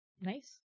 Nice